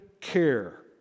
care